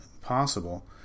possible